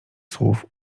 słów